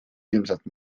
ilmselt